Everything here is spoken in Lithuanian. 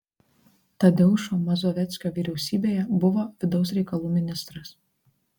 tadeušo mazoveckio vyriausybėje buvo vidaus reikalų ministras